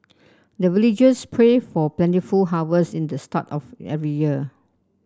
the villagers pray for plentiful harvest at the start of every year